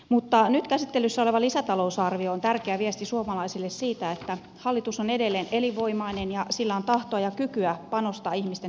mutta nyt käsittelyssä oleva lisätalousarvio on tärkeä viesti suomalaisille siitä että hallitus on edelleen elinvoimainen ja sillä on tahtoa ja kykyä panostaa ihmisten hyvinvointiin